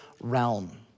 realm